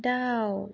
दाउ